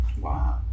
Wow